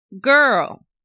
girl